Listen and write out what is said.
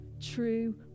true